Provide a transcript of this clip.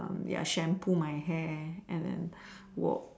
ya shampoo my hair and then work